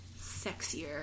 sexier